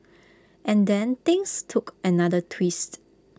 and then things took another twist